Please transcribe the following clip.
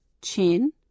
chin